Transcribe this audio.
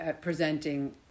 presenting